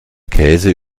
käse